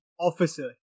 officer